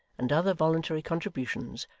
and other voluntary contributions,